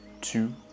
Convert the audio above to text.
two